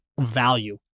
value